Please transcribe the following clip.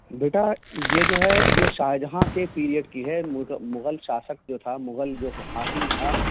بیٹا یہ جو ہے یہ شاہ جہاں کے پیریڈ کی ہے مغل شاشک جو تھا مغل جو حاکم تھا